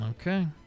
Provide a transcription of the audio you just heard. Okay